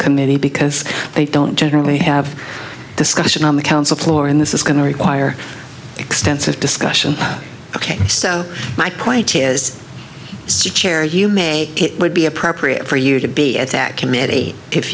committee because they don't generally have discussion on the council floor in this is going to require extensive discussion ok my point is stick chair you make it would be appropriate for you to be at that committee if